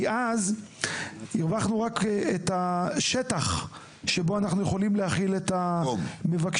כי אז הרווחנו רק את השטח שבו אנחנו יכולים להכיל את המבקשים.